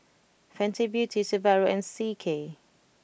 Fenty Beauty Subaru and C K